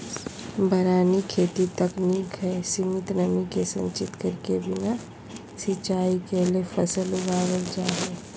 वारानी खेती तकनीक हई, सीमित नमी के संचित करके बिना सिंचाई कैले फसल उगावल जा हई